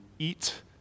eat